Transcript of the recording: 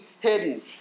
hidden